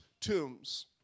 tombs